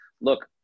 look